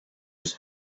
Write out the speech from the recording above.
was